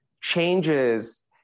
changes